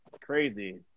Crazy